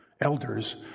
elders